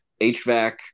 hvac